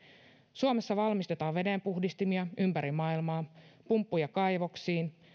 suomessa valmistetaan vedenpuhdistimia ympäri maailmaa pumppuja kaivoksiin